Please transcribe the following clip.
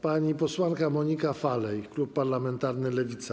Pani posłanka Monika Falej, klub parlamentarny Lewica.